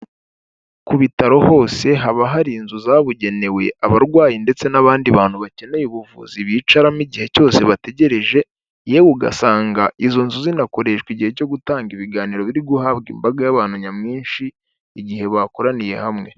Ku bitaro hose haba hari inzu zabugenewe abarwayi ndetse n'abandi bantu bakeneye ubuvuzi bicaramo igihe cyose bategereje yewe ugasanga izo nzu zinakoreshwa igihe cyo gutanga ibiganiro biri guhabwa imbaga y'abantu nyamwinshi igihe bakoraniye hamwe.